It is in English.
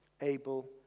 able